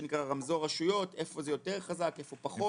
הרמזור רשויות, איפה זה יותר חזק, איפה פחות.